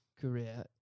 career